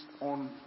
on